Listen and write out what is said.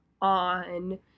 on